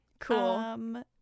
Cool